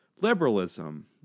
liberalism